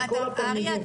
אריה,